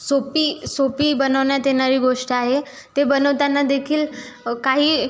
सोपी सोपी बनवण्यात येणारी गोष्ट आहे ते बनवताना देखील काही